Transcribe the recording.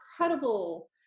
incredible